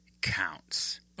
counts